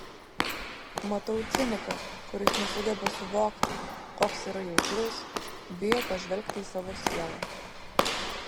matau ciniką kuris nesugeba suvokti koks yra jautrus bijo pažvelgti į savo sielą